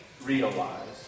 realize